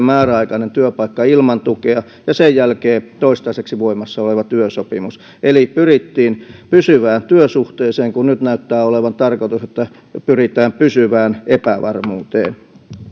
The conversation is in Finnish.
määräaikainen työpaikka ilman tukea ja sen jälkeen toistaiseksi voimassa oleva työsopimus eli pyrittiin pysyvään työsuhteeseen kun nyt näyttää olevan tarkoitus että pyritään pysyvään epävarmuuteen